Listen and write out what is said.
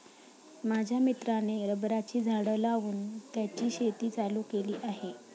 माझ्या मित्राने रबराची झाडं लावून त्याची शेती चालू केली आहे